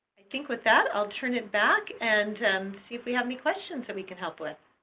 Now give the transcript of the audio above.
i think with that i'll turn it back and see if we have any questions that we can help with.